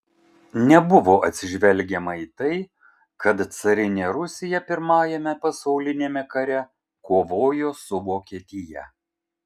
nebuvo atsižvelgiama į tai kad carinė rusija pirmajame pasauliniame kare kovojo su vokietija